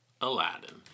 Aladdin